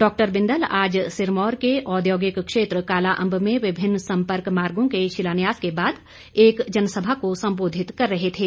doctor Bindal आज सिरमौर के औद्योगिक क्षेत्र कालाअंब में विभिन्न सम्पर्क मार्गों के शिलान्यास के बाद एक जनसभा को संबोधित कर रहे थे